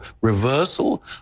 reversal